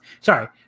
Sorry